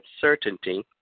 certainty